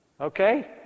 Okay